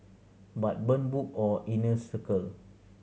but burn book or inner circle